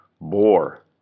bore